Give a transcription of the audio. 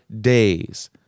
days